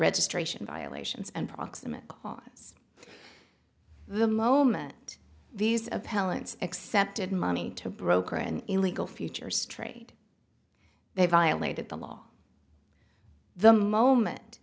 registration violations and proximate cause the moment these appellants accepted money to broker an illegal futures trade they violated the law the moment